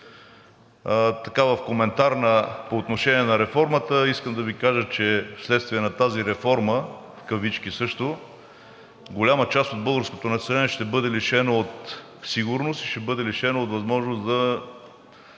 В коментар по отношение на реформата искам да Ви кажа, че вследствие на тази реформа, също в кавички, голяма част от българското население ще бъде лишено от сигурност, ще бъде лишено от възможност да